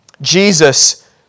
Jesus